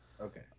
okay